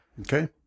Okay